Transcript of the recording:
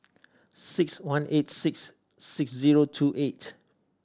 six one eight six six zero two eight